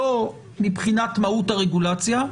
לא מבחינת מהות הרגולציה,